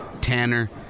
Tanner